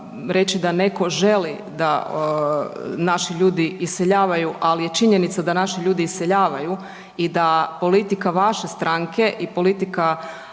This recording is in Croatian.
reći da neko želi da naši ljudi iseljavaju, ali je činjenica da naši ljudi iseljavaju i da politika vaše stranke i politika